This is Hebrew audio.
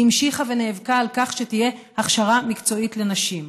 היא המשיכה ונאבקה על כך שתהיה הכשרה מקצועית לנשים.